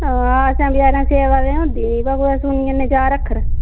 ते असें बेचारें सेवा बी निं होंदी ते सुनी औने आं चार अक्खर